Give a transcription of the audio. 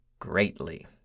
Greatly